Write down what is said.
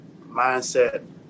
mindset